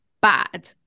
bad